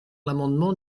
l’amendement